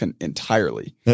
entirely